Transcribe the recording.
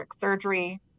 surgery